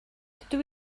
dydw